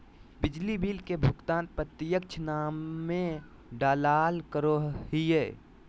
बिजली बिल के भुगतान प्रत्यक्ष नामे डालाल करो हिय